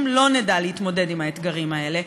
אם לא נדע להתמודד עם האתגרים האלה,